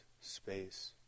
space